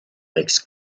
makes